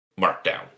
markdown